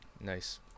Nice